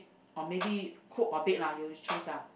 or maybe cook or bake lah you choose lah